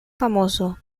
famoso